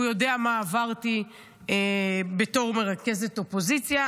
הוא יודע מה עברתי בתור מרכזת אופוזיציה,